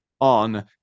on